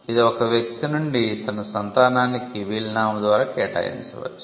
ఇది ఒక వ్యక్తి నుండి తన సంతానానికి వీలునామా ద్వారా కేటాయించవచ్చు